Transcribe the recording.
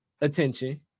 attention